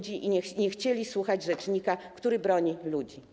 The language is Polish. Pani poseł... ...i nie chcieli słuchać rzecznika, który broni ludzi.